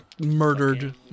murdered